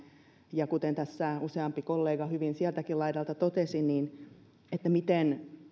ja kuten tässä useampi kollega hyvin sieltäkin laidalta totesi miten